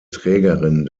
trägerin